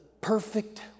perfect